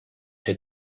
ser